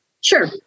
Sure